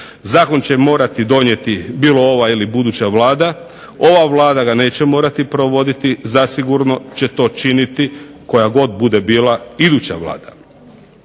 Zakon će morati donijeti bilo ova ili buduća Vlada. Ova Vlada ga neće morati provoditi zasigurno će to činiti koja god bude bila iduća Vlada.